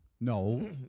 No